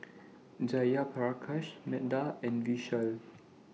Jayaprakash Medha and Vishal